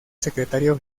secretario